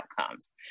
outcomes